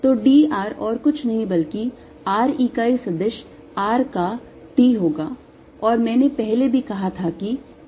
तो d r और कुछ नहीं बल्कि r इकाई सदिश r का d होगा और मैंने पहले भी कहा था कि ये नियत नहीं हैं